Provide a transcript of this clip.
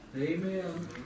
Amen